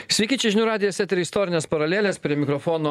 sveiki čia žinių radijas etery istorinės paralelės prie mikrofono